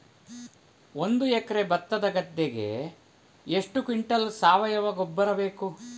ಒಂದು ಎಕರೆ ಭತ್ತದ ಗದ್ದೆಗೆ ಎಷ್ಟು ಕ್ವಿಂಟಲ್ ಸಾವಯವ ಗೊಬ್ಬರ ಬೇಕು?